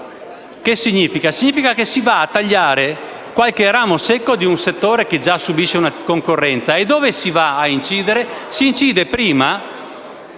Ciò significa che si va a tagliare qualche ramo secco di un settore che già subisce una concorrenza. E dove si va a incidere? Si incide prima